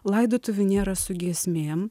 laidotuvių nėra su giesmėm